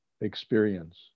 experience